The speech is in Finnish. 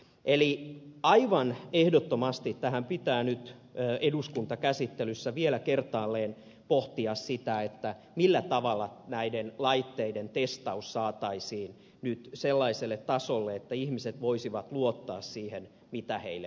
eli aivan ehdottomasti tässä pitää nyt eduskuntakäsittelyssä vielä kertaalleen pohtia sitä millä tavalla näiden laitteiden testaus saataisiin nyt sellaiselle tasolle että ihmiset voisivat luottaa siihen mitä heille myydään